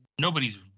Nobody's